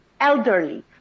elderly